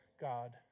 God